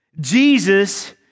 Jesus